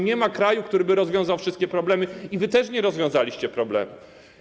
Nie ma kraju, który by rozwiązał wszystkie problemy, i wy też nie rozwiązaliście problemów.